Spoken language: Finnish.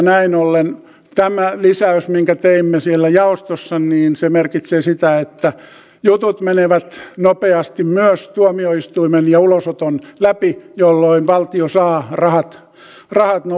näin ollen tämä lisäys minkä teimme siellä jaostossa merkitsee sitä että jutut menevät nopeasti myös tuomioistuimen ja ulosoton läpi jolloin valtio saa rahat nopeasti